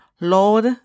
Lord